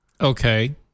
Okay